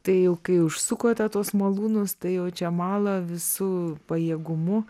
tai jau kai užsukote tuos malūnus tai jau čia mala visu pajėgumu